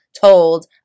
told